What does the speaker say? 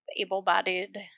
able-bodied